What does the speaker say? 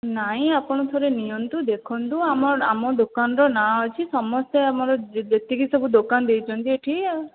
ନାଇଁ ଆପଣ ଥରେ ନିଅନ୍ତୁ ଦେଖନ୍ତୁ ଆମ ଦୋକାନ ର ନାଁ ଅଛି ସମସ୍ତେ ଆମର ଯେତିକି ସବୁ ଦୋକାନ ଦେଇଛନ୍ତି ଏଠି